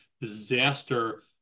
disaster